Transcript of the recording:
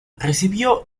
recibió